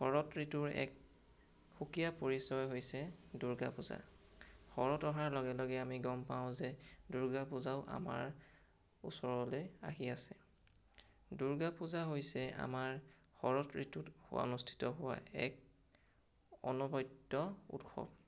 শৰত ঋতুৰ এক সুকীয়া পৰিচয় হৈছে দুৰ্গা পূজা শৰত অহাৰ লগে লগে আমি গম পাওঁ যে দুৰ্গা পূজাও আমাৰ ওচৰলৈ আহি আছে দুৰ্গা পূজা হৈছে আমাৰ শৰত ঋতুত অনুষ্ঠিত হোৱা এক অনবদ্য উৎসৱ